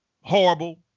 horrible